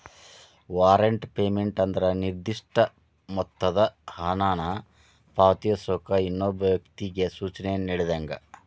warrant payment ಅಂದ್ರ ನಿರ್ದಿಷ್ಟ ಮೊತ್ತದ ಹಣನ ಪಾವತಿಸೋಕ ಇನ್ನೊಬ್ಬ ವ್ಯಕ್ತಿಗಿ ಸೂಚನೆ ನೇಡಿದಂಗ